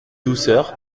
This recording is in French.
douceur